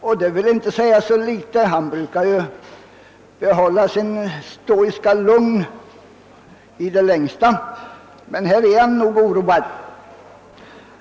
Och det vill inte säga så litet — finansministern brukar ju behålla sitt stoiska lugn i det längsta. Men nu är han oroad.